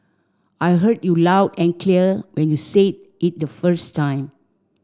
I heard you loud and clear when you said it the first time